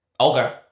Okay